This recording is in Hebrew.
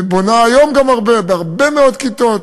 ובונה היום גם הרבה, בהרבה מאוד כיתות,